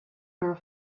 her